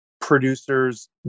producers